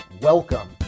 Welcome